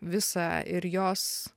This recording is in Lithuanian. visą ir jos